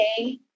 okay